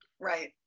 Right